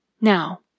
Now